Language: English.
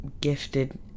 gifted